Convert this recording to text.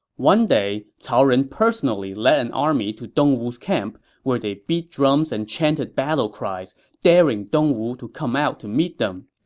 one day, cao ren personally led an army to dongwu's camp, where they beat drums and chanted battle cries, daring dongwu to come out to meet them.